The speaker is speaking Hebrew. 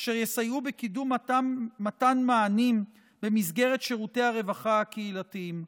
אשר יסייעו בקידום מתן מענים במסגרת שירותי הרווחה הקהילתיים.